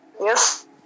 Yes